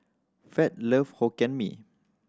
Fed love Hokkien Mee